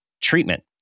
treatment